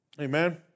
Amen